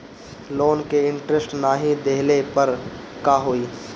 Loan के interest नाही देहले पर का होई?